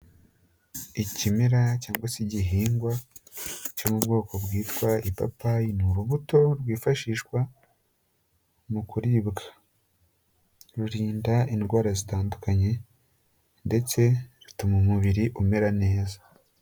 Ikimera cyangwa se igihingwa cyo mu bwoko bwitwa ipapayi ni urubuto rwifashishwa mu kuribwa. Rurinda indwara zitandukanye ndetse rutuma umubiri umera neza.